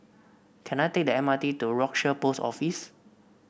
can I take the M R T to Rochor Post Office